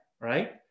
right